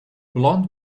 blond